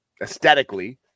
aesthetically